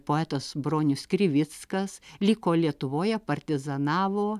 poetas bronius krivickas liko lietuvoje partizanavo